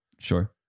Sure